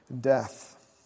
death